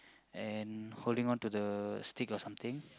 and holding on to the stick or something